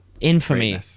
infamy